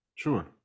Sure